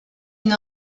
une